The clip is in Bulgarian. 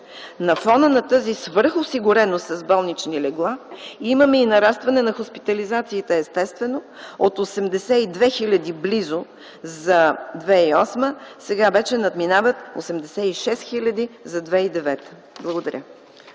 На фона на тази свръхосигуреност с болнични легла, имаме нарастване на хоспитализациите естествено от близо 82 хиляди за 2008 г., сега вече надминават 86 хиляди за 2009 г. Благодаря.